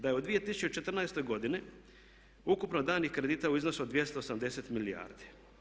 Da je u 2014. godini ukupno danih kredita u iznosu od 280 milijardi.